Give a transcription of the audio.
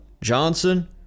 Johnson